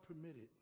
permitted